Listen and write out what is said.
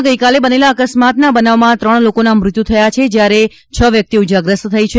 રાજ્યમાં ગઈકાલે બનેલા અકસ્માતના બનાવમાં ત્રણ લોકોના મૃત્યુ થયા છે જ્યારે છ વ્યક્તિઓ ઈજાગ્રસ્ત થઈ છે